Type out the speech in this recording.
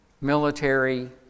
military